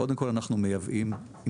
קודם כול, אנחנו מייבאים אינפלציה.